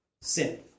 sin